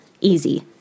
Easy